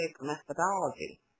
methodology